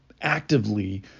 actively